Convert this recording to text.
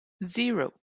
zero